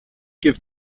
give